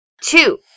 two